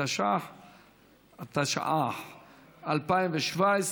התשע"ח 2017,